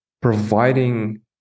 providing